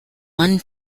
one